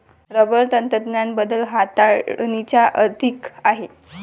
rubber तंत्रज्ञान बदल हाताळणीच्या अधीन आहे